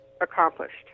accomplished